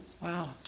Wow